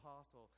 apostle